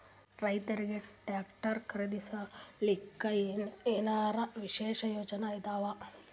ರೈತರಿಗೆ ಟ್ರಾಕ್ಟರ್ ಖರೀದಿಸಲಿಕ್ಕ ಏನರ ವಿಶೇಷ ಯೋಜನೆ ಇದಾವ?